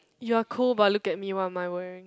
you are cold but look at me what am I wearing